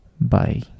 bye